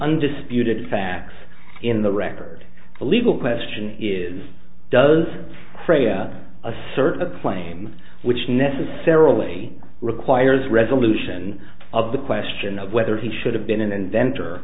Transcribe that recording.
undisputed facts in the record the legal question is does freya a certain claim which necessarily requires resolution of the question of whether he should have been an inventor